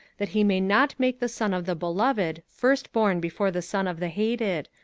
that he may not make the son of the beloved firstborn before the son of the hated,